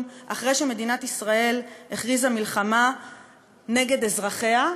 אחרי שמדינת ישראל הכריזה מלחמה נגד אזרחיה,